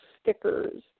stickers